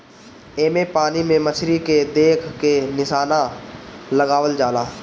एमे पानी में मछरी के देख के निशाना लगावल जाला